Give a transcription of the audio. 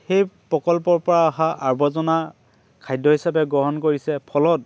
সেই প্ৰকল্পৰ পৰা অহা আৱৰ্জনা খাদ্য হিচাপে গ্ৰহণ কৰিছে ফলত